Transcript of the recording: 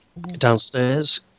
downstairs